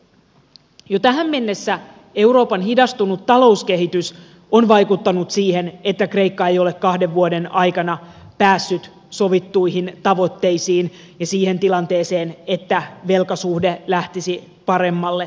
jo tähän mennessä euroopan hidastunut talouskehitys on vaikuttanut siihen että kreikka ei ole kahden vuoden aikana päässyt sovittuihin tavoitteisiin ja siihen tilanteeseen että velkasuhde lähtisi paremmalle tolalle